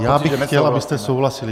Já bych chtěl, abyste souhlasili.